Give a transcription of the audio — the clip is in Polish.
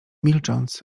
milcząc